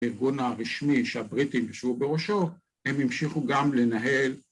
‫בארגון הרשמי שהבריטים ‫ישבו בראשו, הם המשיכו גם לנהל.